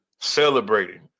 celebrating